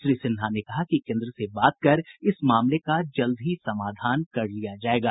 श्री सिन्हा ने कहा कि केन्द्र से बात कर इस मामले का जल्द ही समाधान कर लिया जायेगा